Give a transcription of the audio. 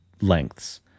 lengths